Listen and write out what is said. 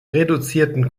reduzierten